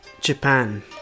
Japan